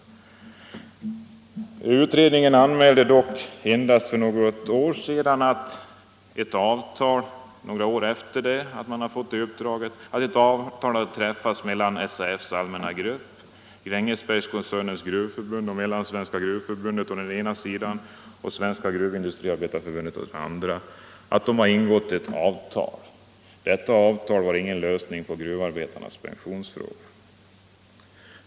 Men utredningen anmälde endast några år efter det den fått uppdraget att SAF:s allmänna grupp, Grängesbergkoncernens gruvförbund och Mellansvenska gruvförbundet, å ena sidan, samt Svenska gruvindustriarbetareförbundet, hade ingått ett avtal. Detta avtal var ingen lösning på gruvarbetarnas pensionsfråga.